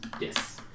Yes